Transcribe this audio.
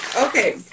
Okay